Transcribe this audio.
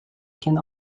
can